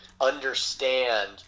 understand